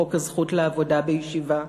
חוק הזכות לעבודה בישיבה.